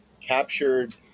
captured